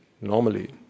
normally